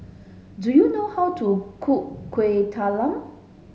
do you know how to cook Kuih Talam